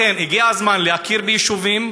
לכן הגיע הזמן להכיר ביישובים,